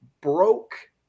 broke